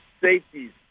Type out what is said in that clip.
Safeties